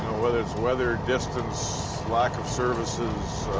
whether it's weather, distance, lack of services, ah,